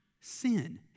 Sin